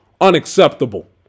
unacceptable